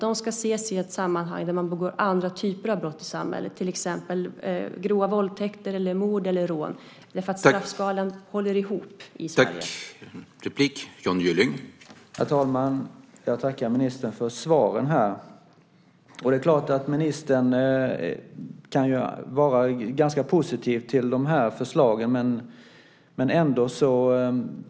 De ska ses i ett sammanhang där man begår andra typer av brott i samhället, till exempel grova våldtäkter, mord eller rån. Straffskalan håller ihop i Sverige.